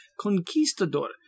conquistador